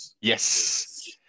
Yes